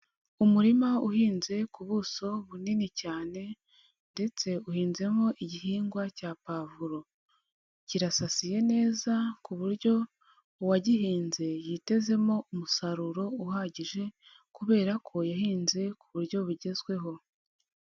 Umurima uhinze ku buso bunini cyane ndetse uhinzemo igihingwa cya pavuro, kirasasiye neza ku buryo uwagihinze yitezemo umusaruro uhagije kubera ko yahinze ku buryo bugezweho.